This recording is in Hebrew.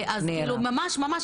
ממש ממש,